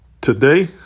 Today